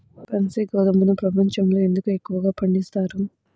బన్సీ గోధుమను ప్రపంచంలో ఎందుకు ఎక్కువగా పండిస్తారు?